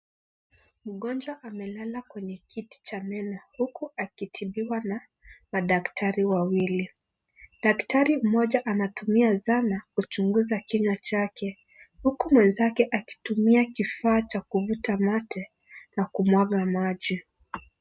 Mgonjwa amelala kwenye kiti cha meno huku akitibiwa na madaktari wawili. Daktari mmoja anatumia zana kuchunguza kinywa chake, huku mwenzake akitumia kifaa cha kuvuta mate na kumwaga maji.